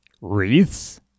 wreaths